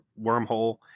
wormhole